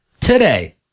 Today